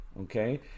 Okay